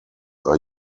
are